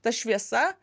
ta šviesa